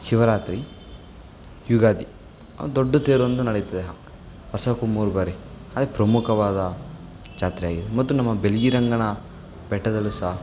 ಶಿವರಾತ್ರಿ ಯುಗಾದಿ ದೊಡ್ಡ ತೇರೊಂದು ನಡೀತದೆ ವರ್ಷಕ್ಕೆ ಮೂರು ಬಾರಿ ಅದೇ ಪ್ರಮುಖವಾದ ಜಾತ್ರೆಯಾಗಿದೆ ಮತ್ತು ನಮ್ಮ ಬಿಳ್ಗಿ ರಂಗನ ಬೆಟ್ಟದಲ್ಲೂ ಸಹ